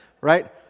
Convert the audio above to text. right